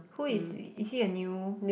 who is is he a new